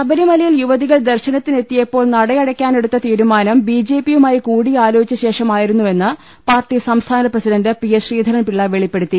ശബരിമലയിൽ യുവതികൾ ദർശനത്തിനെത്തി യപ്പോൾ നടയടക്കാനെടുത്ത തീരുമാനം ബി ജെ പിയുമായി കൂടിയാലോചിച്ച ശേഷമായിരുന്നുവെന്ന് പാർട്ടി സംസ്ഥാന പ്രസിഡണ്ട് പി എസ് ശ്രീധരൻപിളള വെളിപ്പെടുത്തി